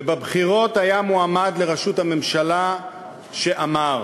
ובבחירות היה מועמד לראשות הממשלה שאמר: